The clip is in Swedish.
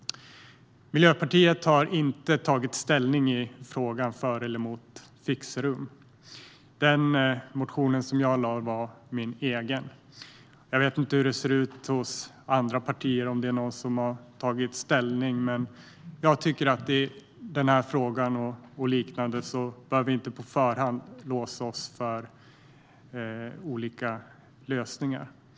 Miljöpartiet har inte tagit ställning i frågan för eller emot fixerum. Den motion jag har väckt är min egen. Jag vet inte om något av de andra partierna har tagit ställning, men jag tycker att vi inte på förhand ska låsa oss för olika lösningar i denna fråga.